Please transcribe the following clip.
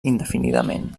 indefinidament